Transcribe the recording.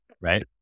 Right